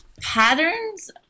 Patterns